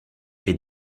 est